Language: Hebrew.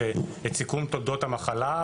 את סיכום תולדות המחלה,